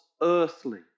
earthly